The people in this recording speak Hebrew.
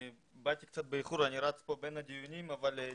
באתי קצת באיחור כי אני רץ בין הדיונים בוועדות השונות.